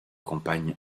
campagne